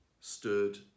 stood